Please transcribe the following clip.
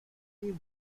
they